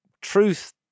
truth